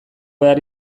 behar